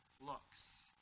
looks